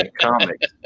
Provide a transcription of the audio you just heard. comics